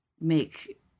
make